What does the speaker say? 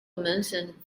mentioned